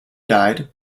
died